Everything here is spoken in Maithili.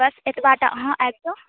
बस एतबा टा अहाँ आबि कऽ